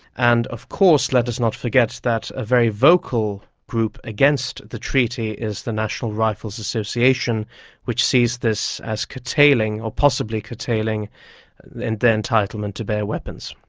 and of course let us not forget that a very vocal group against the treaty is the national rifle association which sees this as curtailing or possibly curtailing and the entitlement to bear weapons.